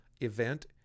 event